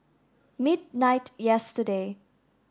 midnight yesterday